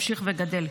ממשיך וגדל.